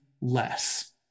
less